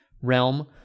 realm